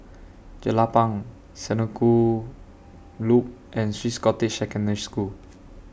Jelapang Senoko Loop and Swiss Cottage Secondary School